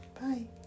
Bye